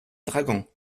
dragon